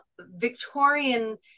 victorian